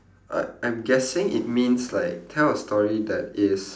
uh I'm guessing it means like tell a story that is